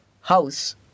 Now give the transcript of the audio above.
house